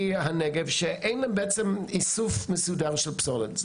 הנגב שאין להם בעצם איסוף מסודר של פסולת,